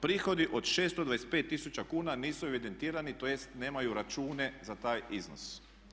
Prihodi od 625000 kuna nisu evidentirani, tj. nemaju račune za taj iznos.